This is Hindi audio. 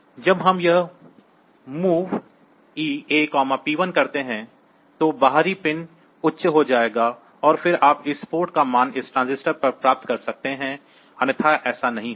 जब हम यह MOV A P1 करते हैं तो बाहरी पिन उच्च हो जाएगा और फिर आप इस पोर्ट का मान इस रजिस्टर पर प्राप्त कर सकते हैं अन्यथा ऐसा नहीं होगा